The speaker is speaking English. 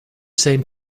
same